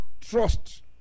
trust